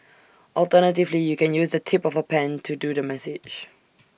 alternatively you can use the tip of A pen to do the massage